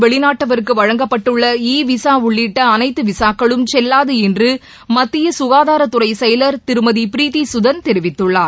வெளிநாட்டவருக்கு சீனாவில் வரும் வழங்கப்பட்டுள்ள இருந்து இ விசா உள்ளிட்ட அனைத்து விசாக்களும் செல்லாது என்று மத்திய சுகாதாரத்துறை செயலர் திருமதி ப்ரீத்தி சுதன் தெரிவித்துள்ளார்